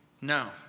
no